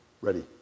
Ready